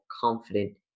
confident